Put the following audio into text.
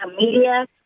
media